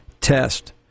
test